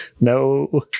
No